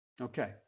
Okay